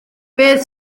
beth